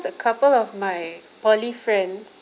a couple of my poly friends